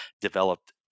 developed